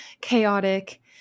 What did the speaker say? chaotic